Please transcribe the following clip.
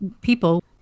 people